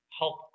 help